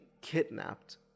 kidnapped